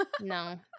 No